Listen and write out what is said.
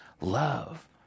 love